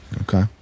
Okay